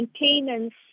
maintenance